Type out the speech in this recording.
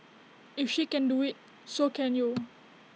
if she can do IT so can you